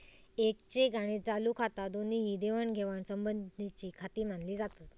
येक चेक आणि चालू खाता दोन्ही ही देवाणघेवाण संबंधीचीखाती मानली जातत